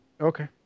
Okay